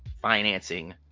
financing